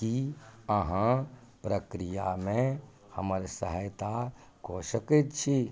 की अहाँ प्रक्रियामे हमर सहायता कऽ सकैत छी